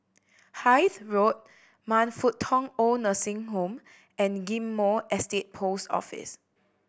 Hythe Road Man Fut Tong Old Nursing Home and Ghim Moh Estate Post Office